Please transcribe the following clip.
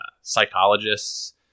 psychologists